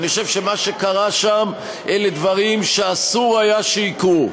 אני חושב שמה שקרה שם אלה דברים שאסור היה שיקרו.